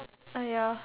ah ya